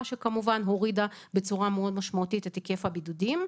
שכמובן הורידה בצורה מאוד משמעותית את היקף הבידודים.